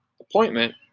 appointment